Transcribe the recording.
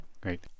Great